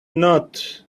not